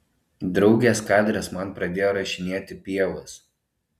draugės kadras man pradėjo rašinėti pievas